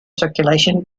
circulation